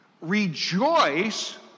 Rejoice